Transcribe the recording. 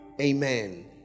amen